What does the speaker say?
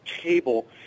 table